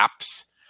apps